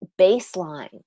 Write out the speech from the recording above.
baseline